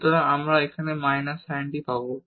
সুতরাং আমরা এখানে মাইনাস sin টি পাব